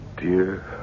Dear